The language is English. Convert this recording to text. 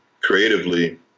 creatively